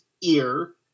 ear